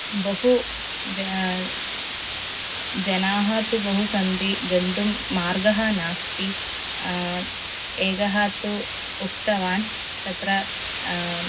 बहु ज जनाः तु बहु सन्ति गन्तुं मार्गः नास्ति एकः तु उक्तवान् तत्र